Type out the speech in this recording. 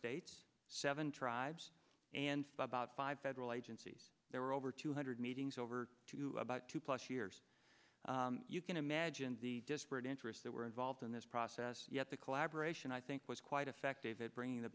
states seven tribes and about five federal agencies there were over two hundred meetings over to about two plus years you can imagine the disparate interests that were involved in this process yet the collaboration i think was quite effective in bringing the